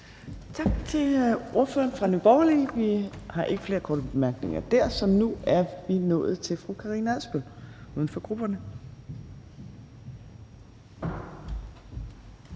Tak til ordføreren fra Nye Borgerlige. Der er ikke flere korte bemærkninger. Så nu er vi nået til fru Karina Adsbøl, uden for grupperne.